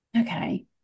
Okay